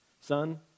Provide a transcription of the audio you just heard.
Son